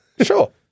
Sure